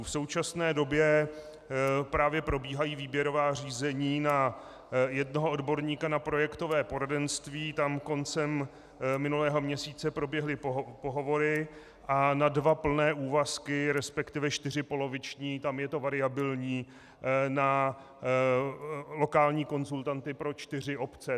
V současné době právě probíhají výběrová řízení na jednoho odborníka na projektové poradenství, tam koncem minulého měsíce proběhly pohovory, a na dva plné úvazky, resp. čtyři poloviční, tam je to variabilní, na lokální konzultanty pro čtyři obce.